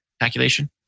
calculation